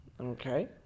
Okay